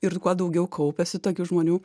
ir kuo daugiau kaupiasi tokių žmonių